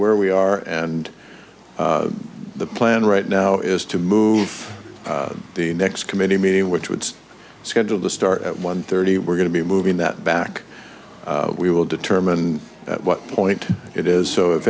where we are and the plan right now is to move the next committee meeting which was scheduled to start at one thirty we're going to be moving that back we will determine at what point it is so if